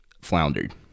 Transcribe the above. floundered